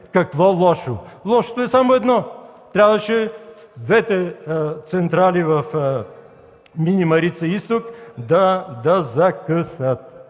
Какво лошо? Лошото е само едно – трябваше двете централи в Мини „Марица Изток” да за-къ-сат.